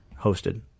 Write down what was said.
hosted